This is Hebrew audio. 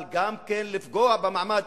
אבל גם לפגוע במעמד